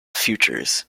futures